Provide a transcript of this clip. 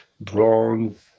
bronze